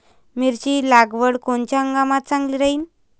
मिरची लागवड कोनच्या हंगामात चांगली राहीन?